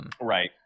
Right